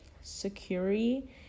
Security